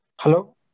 Hello